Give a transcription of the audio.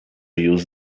use